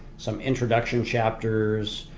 some introduction chapters,